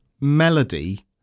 melody